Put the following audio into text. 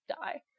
die